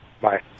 Bye